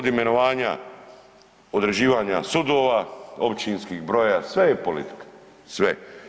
Od imenovanja, određivanja sudova, općinskih, broja, sve je politika, sve.